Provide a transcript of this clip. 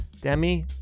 Demi